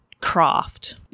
craft